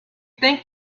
think